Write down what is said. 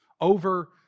over